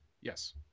Yes